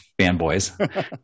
fanboys